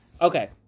Okay